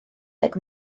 deg